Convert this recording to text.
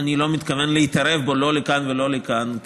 אני לא מתכוון להתערב בו לא לכאן ולא לכאן,